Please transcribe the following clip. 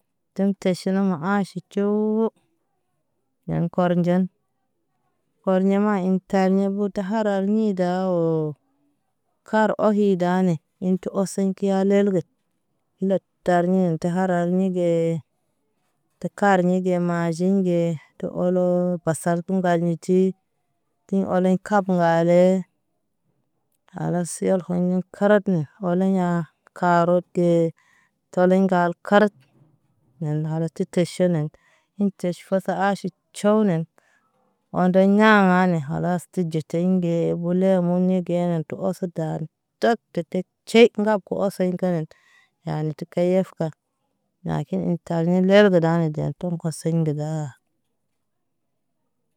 Tən teʃina ma aʃe cuu. Yan kɔr nɟɛn kɔr yama ḭ tar ɲɛ buta haral ḭ dɔ o. Kar ɔhi da nɛ inti ɔsən kiya ləl gət. Lɛr tə tar ɲɛ tə haral ni ge tə karɲɛ ge majin ge tu ɔlɔ basaal tə mba ḭ cii. Ti ɔlɛɲ karbə ŋga le. Kalas yal hɔɲɛn kararpə mɛ ɔlɛ ɲaa kaarotə ge calɛŋ nɟaal kaaraat. Nɛn kalas tə teʃe nɛŋ inteʃ fasaa aʃit cɔw nɛn. Ɔndɛ ŋaa nɛ kalas ti ɟete ŋge bulɛ mɔnɛ ge nan ti ɔsə daan cɔt pepet. Ci ŋgar gə ɔsey ŋa nan yan tə ti kayafə ka. Lakin intal lərgət ɗanɛ dɛn pom koseŋ ndəga.